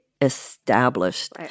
established